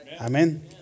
Amen